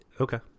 Okay